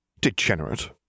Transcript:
Degenerate